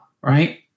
right